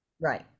Right